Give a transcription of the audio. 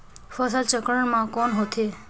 फसल चक्रण मा कौन होथे?